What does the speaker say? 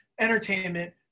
entertainment